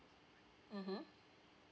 mmhmm